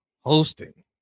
hosting